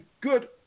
good